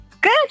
Good